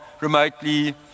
remotely